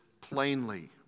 plainly